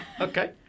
Okay